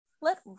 let